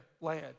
land